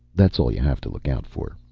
that's all you have to look out for.